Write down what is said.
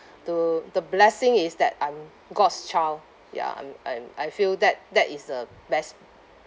to the blessing is that I'm god's child ya I'm I'm I feel that that is the best